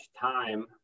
time